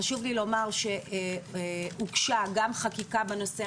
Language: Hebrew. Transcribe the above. חשוב לי לומר שהוגשה גם חקיקה בנושא,